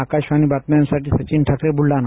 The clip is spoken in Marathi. आकाशवाणीच्या बातम्यांसाठी सचिन ठाकरे बुलढाणा